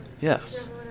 Yes